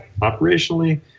Operationally